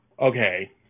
Okay